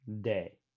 day